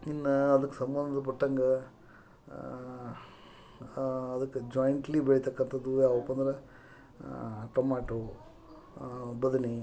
ಇನ್ನು ಅದಕ್ಕೆ ಸಂಬಂಧ ಪಟ್ಟಂಗೆ ಅದಕ್ಕೆ ಜಾಯಿಂಟ್ಲಿ ಬೆಳಿತಕ್ಕಂಥದ್ದು ಯಾವಪ್ಪ ಅಂದ್ರೆ ಟೊಮಾಟೊ ಬದ್ನೆ